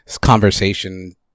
conversation